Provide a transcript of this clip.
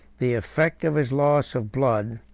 the effect of his loss of blood,